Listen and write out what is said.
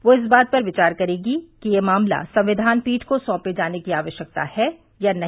वह इस बात पर विचार करेगी कि यह मामला संविधान पीठ को सौंपे जाने की आवश्यकता है या नहीं